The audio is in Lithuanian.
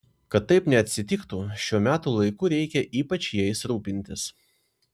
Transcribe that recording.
kad taip neatsitiktų šiuo metų laiku reikia ypač jais rūpintis